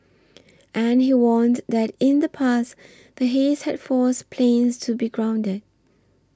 and he warned that in the past the haze had forced planes to be grounded